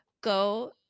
go